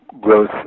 growth